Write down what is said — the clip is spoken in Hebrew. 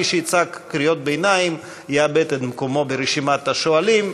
מי שיצעק קריאות ביניים יאבד את מקומו ברשימת השואלים.